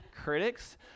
critics